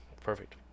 Perfect